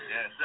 Yes